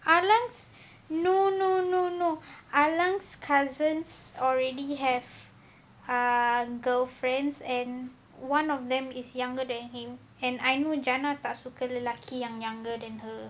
allan no no no no allan's cousins already have ah girlfriends and one of them is younger than him and I knew jannah tak suka lelaki yang younger than her